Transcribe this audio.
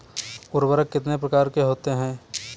उर्वरक कितने प्रकार के होते हैं?